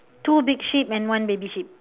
two big sheep and one baby sheep